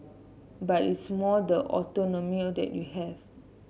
but it's more the autonomy that you have